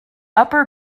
upper